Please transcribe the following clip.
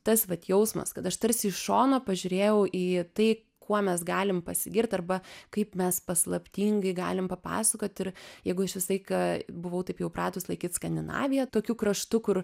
tas vat jausmas kad aš tarsi iš šono pažiūrėjau į tai kuo mes galim pasigirt arba kaip mes paslaptingai galim papasakot ir jeigu aš visaiką buvau taip jau įpratus laikyt skandinavija tokiu kraštu kur